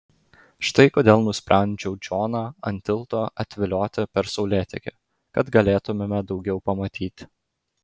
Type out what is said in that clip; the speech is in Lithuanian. štai kodėl nusprendžiau džoną ant tilto atvilioti per saulėtekį kad galėtumėme daugiau pamatyti